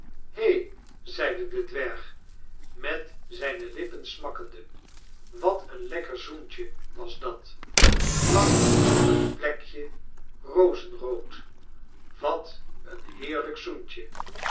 he i zeide de dwerg met zijne lippen smakkende wat een lekker zoentje was dat vlak op het plekje rozenrood wat een heerlijk zoentje